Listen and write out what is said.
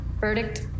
verdict